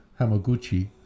Hamaguchi